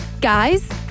guys